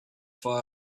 file